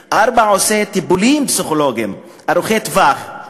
4. הוא עושה טיפולים פסיכולוגיים ארוכי-טווח.